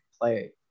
play